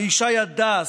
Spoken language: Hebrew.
מישי הדס,